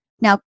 now